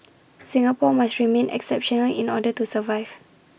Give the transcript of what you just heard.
Singapore must remain exceptional in order to survive